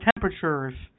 temperatures